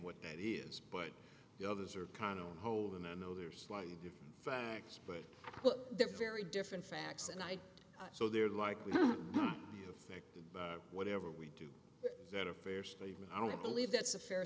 what it is but the others are kind of on hold and i know they're slightly different facts but they're very different facts and i so they're likely to be affected by whatever we do that a fair statement i don't believe that's a fair